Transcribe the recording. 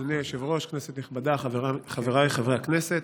אדוני היושב-ראש, כנסת נכבדה, חבריי חברי הכנסת,